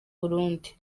burundi